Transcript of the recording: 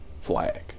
Flag